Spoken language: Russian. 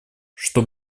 что